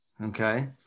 Okay